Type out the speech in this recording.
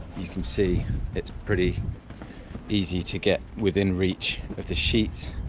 you can see it's pretty easy to get within reach of the sheets,